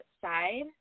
side